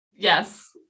Yes